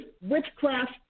witchcraft